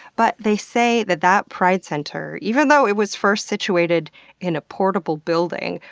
but they say that that pride center, even though it was first situated in a portable building,